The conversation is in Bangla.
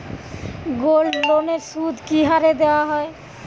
গোল্ডলোনের সুদ কি হারে দেওয়া হয়?